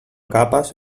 capes